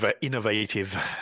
innovative